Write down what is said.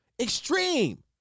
Extreme